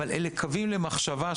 אבל אלה קווים למחשבה,